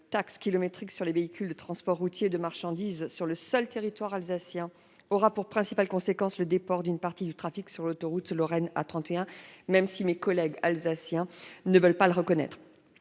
taxe kilométrique sur les véhicules de transport routier de marchandises sur le seul territoire alsacien aura pour principale conséquence le report d'une partie du trafic sur l'autoroute lorraine A 31, même si mes collègues alsaciens ne veulent pas le reconnaître.